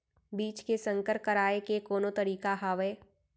बीज के संकर कराय के कोनो तरीका हावय?